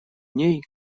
ней